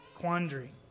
quandary